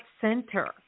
center